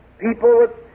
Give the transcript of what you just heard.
people